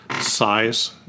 size